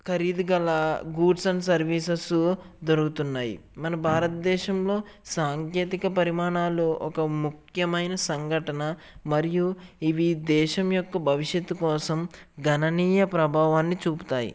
ఖరీదు గల goods and services దొరుకుతున్నాయి మన భారతదేశంలో సాంకేతిక పరిమాణాలు ఒక ముఖ్యమైన సంఘటన మరియు ఇవి దేశం యొక్క భవిష్యత్తు కోసం గణనీయ ప్రభావాన్ని చూపుతాయి